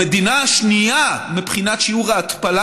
המדינה השנייה מבחינת שיעור ההתפלה